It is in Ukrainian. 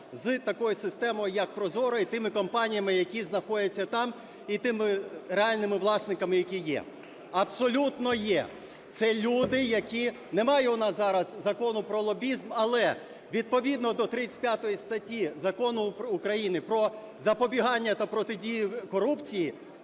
з такою системою як ProZorro і тими компаніями, які знаходяться там, і тими реальними власниками, які є? Абсолютно є. Це люди, які… немає у нас зараз закону про лобізм, але відповідно до 35 статті Закону України "Про запобігання та протидію корупції"